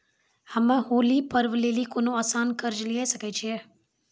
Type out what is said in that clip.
हम्मय होली पर्व लेली कोनो आसान कर्ज लिये सकय छियै?